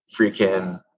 freaking